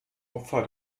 opfer